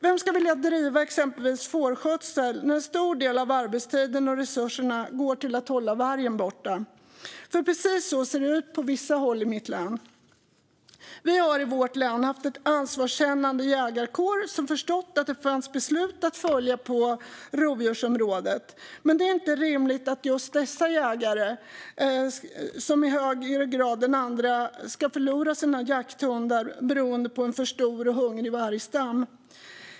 Vem ska vilja driva exempelvis fårskötsel, när en stor del av arbetstiden och resurserna går till att hålla vargen borta? För precis så ser det ut på vissa håll i mitt hemlän. Vi har i vårt län haft en ansvarskännande jägarkår som förstått att det fanns beslut att följa på rovdjursområdet. Men det är inte rimligt att det just är dessa jägare som i högre grad än andra ska förlora sina jakthundar beroende på en för stor och hungrig vargstam.